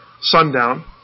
sundown